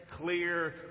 clear